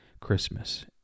Christmas